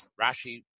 Rashi